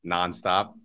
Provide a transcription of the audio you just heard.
Nonstop